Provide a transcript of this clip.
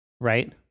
right